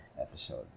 episode